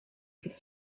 could